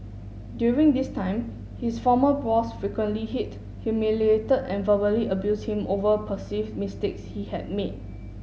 during this time his former boss frequently hit humiliated and verbally abused him over perceived mistakes he had made